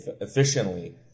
efficiently